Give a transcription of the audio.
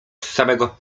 samego